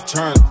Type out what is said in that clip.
Turn